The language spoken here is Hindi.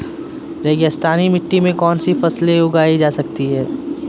रेगिस्तानी मिट्टी में कौनसी फसलें उगाई जा सकती हैं?